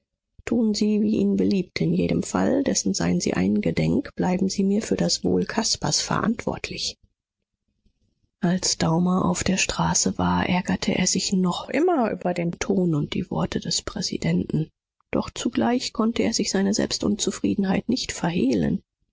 tun sie wie ihnen beliebt in jedem fall dessen seien sie eingedenk bleiben sie mir für das wohl caspars verantwortlich als daumer auf der straße war ärgerte er sich noch immer über den ton und die worte des präsidenten doch zugleich konnte er sich seine selbstunzufriedenheit nicht verhehlen